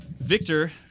victor